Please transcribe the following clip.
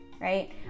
right